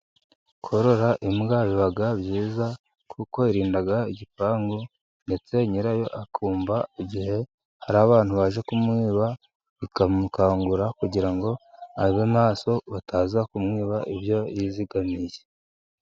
Korora imbwa biba byiza kuko irinda igipangu. Ndetse nyirayo akumva igihe hari abantu baje kumwiba, ikamukangura, kugira ngo abe maso bataza kumwiba ibyo yizigamiye.